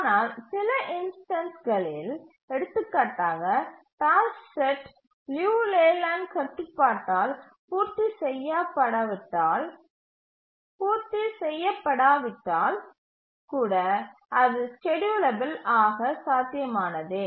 ஆனால் சில இன்ஸ்டன்ஸ்களில் எடுத்துக்காட்டாக டாஸ்க் செட் லியு லேலேண்ட் கட்டுப்பட்டால் பூர்த்தி செய்யப்படாவிட்டால் கூட அது ஸ்கேட்யூலபில் ஆக சாத்தியமானதே